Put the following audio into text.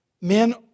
Men